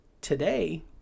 today